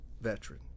veteran